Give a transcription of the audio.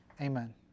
Amen